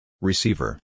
Receiver